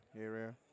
area